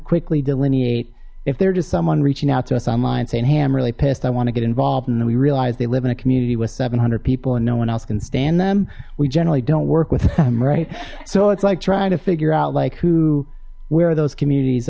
quickly delineate if they're just someone reaching out to us online saying hey i'm really pissed i want to get involved and then we realize they live in a community with seven hundred people and no one else can stand them we generally don't work with them right so it's like trying to figure out like who where are those communities